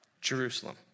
Jerusalem